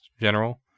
general